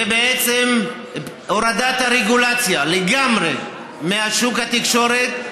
ובעצם הורדת הרגולציה לגמרי משוק התקשורת.